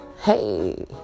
hey